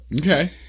Okay